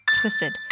Twisted